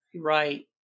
Right